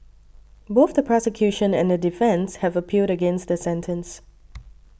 both the prosecution and the defence have appealed against the sentence